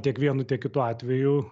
tiek vienu tiek kitu atveju